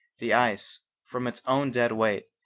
the ice, from its own dead weight,